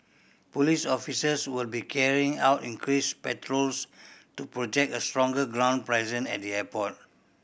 police officers will be carrying out increased patrols to project a stronger ground presence at the airport